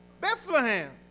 Bethlehem